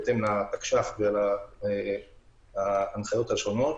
בהתאם לתקש"ח ולהנחיות השונות.